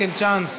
Second chance.